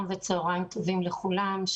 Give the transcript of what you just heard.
אדוני, צהריים טובים לכולם.